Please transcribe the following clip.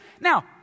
Now